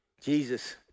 Jesus